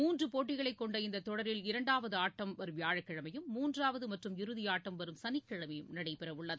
மூன்று போட்டிகளை கொண்ட இந்த தொடரில் இரண்டாவது ஆட்டம் வரும் வியாழக்கிமையும் மூன்றாவது மற்றும் இறுதியாட்டம் வரும் சனிக்கிழமையும் நடைபெறவுள்ளன